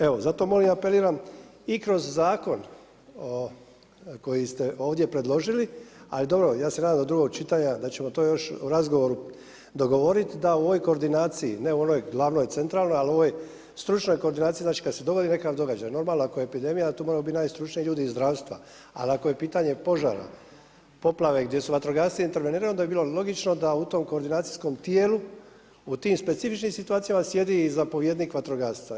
Evo zato molim i apeliram i kroz zakon koji ste ovdje predložili, ali dobro ja se nadam do drugog čitanja da ćemo to još u razgovoru dogovoriti da u ovoj koordinaciji, ne u onoj glavnoj centralnoj ali ovoj stručnoj koordinaciji znači kada se dogodi nekakav događaj, normalno ako je epidemija da tu moramo biti najstručniji ljudi iz zdravstva, ali ako je pitanje požara, poplave gdje su vatrogasci intervenirali onda bi bilo logično da u tom koordinacijskom tijelu u tim specifičnim situacijama sjedi i zapovjednik vatrogasaca.